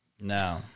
no